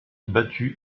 battu